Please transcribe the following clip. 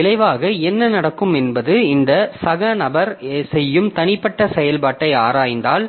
இதன் விளைவாக என்ன நடக்கும் என்பது இந்த சக நபர் செய்யும் தனிப்பட்ட செயல்பாட்டை ஆராய்ந்தால்